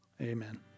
Amen